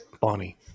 Bonnie